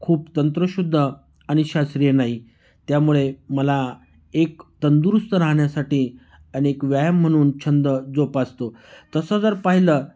खूप तंत्रशुद्ध आणि शास्त्रीय नाही त्यामुळे मला एक तंदुरुस्त राहण्यासाठी आणि एक व्यायाम म्हणून छंद जोपासतो तसं जर पाहिलं